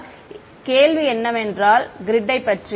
எனவே இங்கே கேள்வி என்னவென்றால் கிரிட் பற்றி